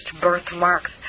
birthmarks